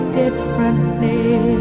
differently